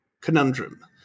conundrum